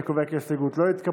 אני קובע כי ההסתייגות לא התקבלה.